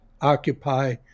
occupy